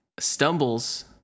Stumbles